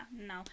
no